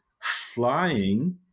flying